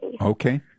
Okay